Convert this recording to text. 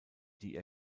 die